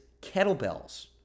kettlebells